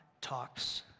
talks